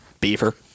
Beaver